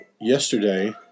yesterday